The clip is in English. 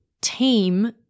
team